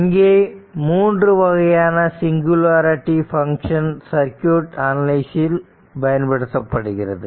இங்கே 3 வகையான singularity function circuit analysis இல் பயன்படுத்தப்படுகிறது